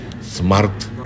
smart